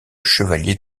chevalier